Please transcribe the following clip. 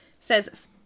says